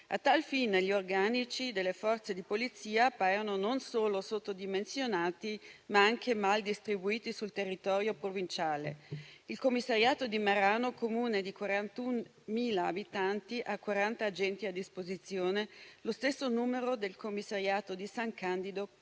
A tal fine, gli organici delle Forze di polizia appaiono non solo sottodimensionati, ma anche mal distribuiti sul territorio provinciale: il commissariato di Merano, Comune di 41.000 abitanti, ha 40 agenti a disposizione, lo stesso numero del commissariato di San Candido,